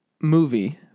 movie